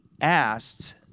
asked